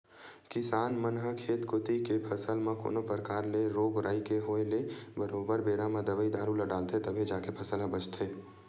किसान मन ह खेत कोती के फसल म कोनो परकार ले रोग राई के होय ले बरोबर बेरा म दवई दारू ल डालथे तभे जाके फसल ह बचथे